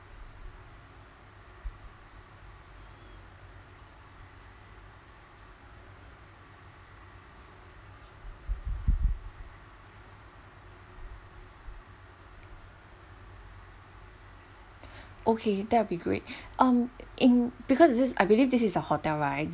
okay that will be great um in because is this I believe this is a hotel right